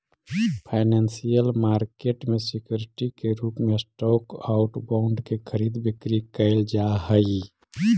financial market में security के रूप में स्टॉक आउ बॉन्ड के खरीद बिक्री कैल जा हइ